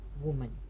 woman